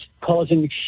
Causing